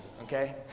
okay